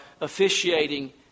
officiating